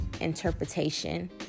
interpretation